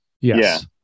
Yes